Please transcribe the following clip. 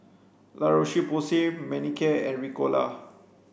La Roche Porsay Manicare and Ricola